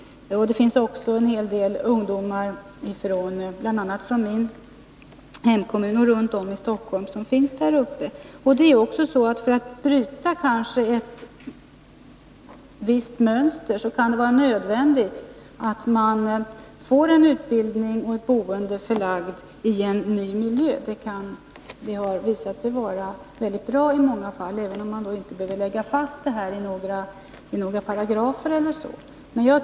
Det finns också en hel del ungdomar från bl.a. min hemkommun och från andra kommuner runt Stockholm som vistas där uppe. För att bryta ett visst mönster kan det vara nödvändigt att dessa ungdomar får en utbildning och ett boende i en ny miljö. Detta har ofta visat sig vara väldigt bra, även om man inte behöver fastlägga det hela i några paragrafer eller liknande.